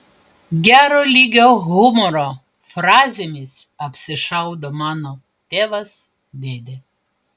gero lygio humoro frazėmis apsišaudo mano tėvas dėdė